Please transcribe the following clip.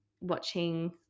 watching